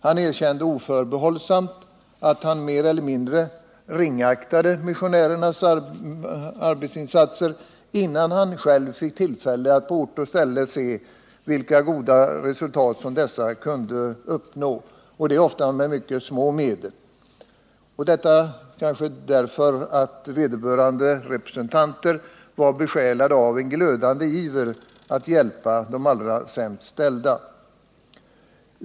Han erkände oförbehållsamt att han mer eller mindre ringaktat missionärernas arbetsinsatser, innan han själv fick tillfälle att på ort och ställe se vilka goda resultat som de kunde uppnå — och ofta med mycket små medel. Detta var möjligt inte minst därför att vederbörande organisationers representanter var besjälade av en glödande iver att hjälpa de allra sämst ställda.